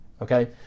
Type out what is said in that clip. Okay